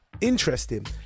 interesting